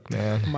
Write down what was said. man